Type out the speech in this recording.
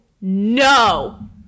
no